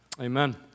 amen